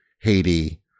Haiti